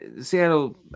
Seattle